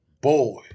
Boy